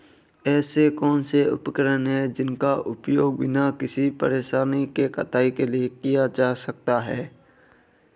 ऐसे कौनसे उपकरण हैं जिनका उपयोग बिना किसी परेशानी के कटाई के लिए किया जा सकता है?